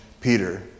Peter